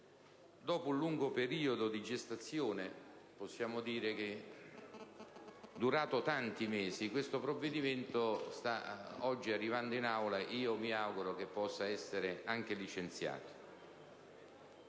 dopo un lungo periodo di gestazione, durato tanti mesi, questo provvedimento arriva oggi in Aula, e mi auguro possa essere anche licenziato.